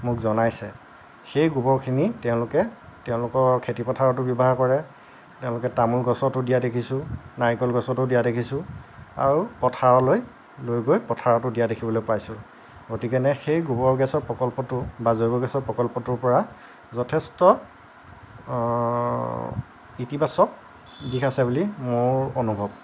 মোক জনাইছে সেই গোবৰখিনি তেওঁলোকে তেওঁলোকৰ খেতি পথাৰতো ব্যৱহাৰ কৰে তেওঁলোকে তামোল গছতো দিয়া দেখিছোঁ নাৰিকল গছতো দিয়া দেখিছোঁ আৰু পথাৰলৈ লৈ গৈ পথাৰতো দিয়া দেখিবলৈ পাইছোঁ গতিকেনে সেই গোবৰ গেছৰ প্ৰকল্পটো বা জৈৱ গেছৰ প্ৰকল্পটোৰ পৰা যথেষ্ট ইতিবাচক দিশ আছে বুলি মোৰ অনুভৱ